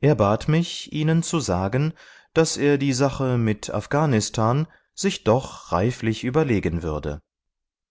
er bat mich ihnen zu sagen daß er die sache mit afghanistan sich doch reiflich überlegen würde